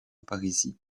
parisis